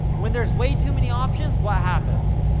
when there's way too many options, what happens?